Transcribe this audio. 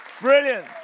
Brilliant